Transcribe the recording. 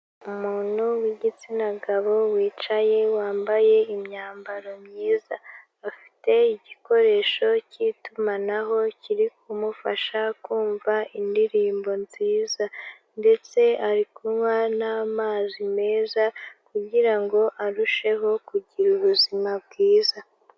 Umuntu w'igitsina gabo wicaye, wambaye imyambaro myiza, afite igikoresho cy'itumanaho kiri kumufasha kumva indirimbo nziza ndetse ari kunywa n'amazi meza kugira ngo arusheho kugira ubuzima bwiza.